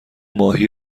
ماهی